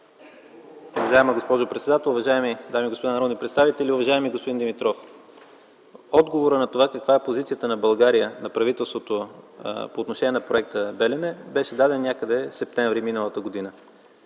Уважаема госпожо председател, уважаеми дами и господа народни представители! Уважаеми господин Димитров, отговорът на това каква е позицията на България, на правителството по отношение на проекта „Белене” беше даден някъде през септември миналата година.